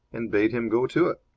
and bade him go to it.